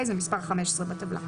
זה מס' 15 בטבלה.